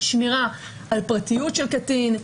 שמירה על פרטיות של קטין,